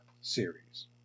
series